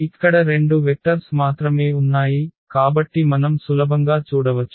ఇక్కడ రెండు వెక్టర్స్ మాత్రమే ఉన్నాయి కాబట్టి మనం సులభంగా చూడవచ్చు